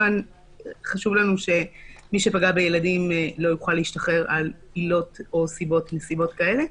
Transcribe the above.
חשוב לנו שמי שפגע בילדים לא יוכל להשתחרר על עילות או סיבות כאלה.